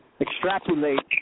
extrapolate